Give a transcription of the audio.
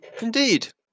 Indeed